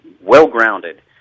well-grounded